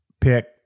pick